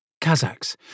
Kazakhs